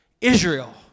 Israel